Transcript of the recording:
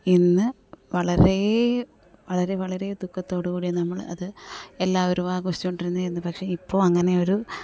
ഇന്ന് വളരെ വളരെ വളരെ ദുഃഖത്തോടു കൂടി നമ്മൾ അത് എല്ലാവരും ആഘോഷിച്ചു കൊണ്ടിരുന്നതായിരുന്നു പക്ഷെ ഇപ്പോൾ അങ്ങനെ ഒരു